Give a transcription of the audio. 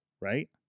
right